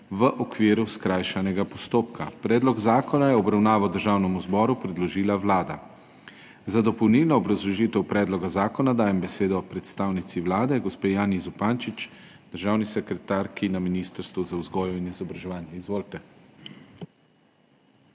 V OKVIRU SKRAJŠANEGA POSTOPKA.** Predlog zakona je v obravnavo Državnemu zboru predložila Vlada. Za dopolnilno obrazložitev predloga zakona dajem besedo predstavnici Vlade gospe Janji Zupančič, državni sekretarki na Ministrstvu za vzgojo in izobraževanje. Izvolite.